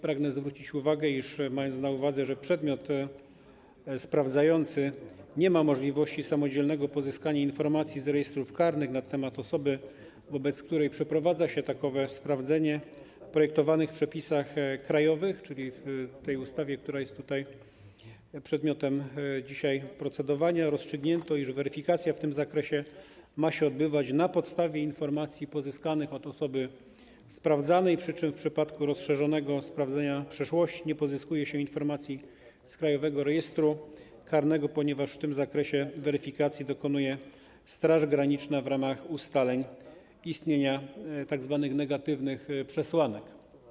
Pragnę zwrócić uwagę, iż mając na uwadze to, że przedmiot sprawdzający nie ma możliwości samodzielnego pozyskania informacji z rejestrów karnych na temat osoby, wobec której przeprowadza się takowe sprawdzenie, w projektowanych przepisach krajowych, czyli w ustawie, która jest przedmiotem dzisiejszego procedowania, rozstrzygnięto, iż weryfikacja w tym zakresie ma się odbywać na podstawie informacji pozyskanych od osoby sprawdzanej, przy czym w przypadku rozszerzonego sprawdzenia przeszłości nie pozyskuje się informacji z Krajowego Rejestru Karnego, ponieważ w tym zakresie weryfikacji dokonuje Straż Graniczna w ramach ustaleń istnienia tzw. negatywnych przesłanek.